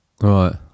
Right